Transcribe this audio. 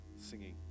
singing